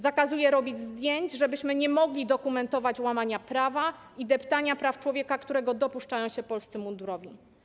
Zakazuje robienia zdjęć, żebyśmy nie mogli dokumentować łamania prawa i deptania praw człowieka, którego dopuszczają się polscy mundurowi.